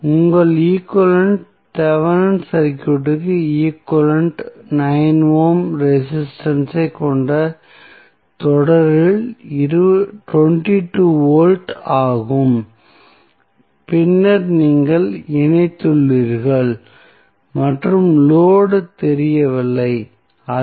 உங்கள் equivalent Thevenin சர்க்யூட்க்கு equivalent 9 ohm resistance ஐக் கொண்ட தொடரில் 22 வோல்ட் ஆகும் பின்னர் நீங்கள் இணைத்துள்ளீர்கள் மற்றும் லோடு தெரியவில்லை அது